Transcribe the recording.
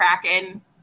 Kraken